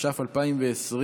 התש"ף 2020,